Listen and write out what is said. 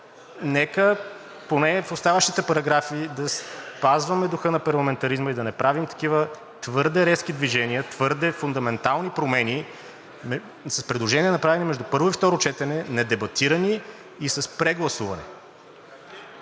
Нека поне в оставащите параграфи да спазваме духа на парламентаризма и да не правим такива твърде резки движения, твърде фундаментални промени, с предложения, направени между първо и второ четене, недебатирани и с прегласуване!